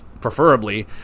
preferably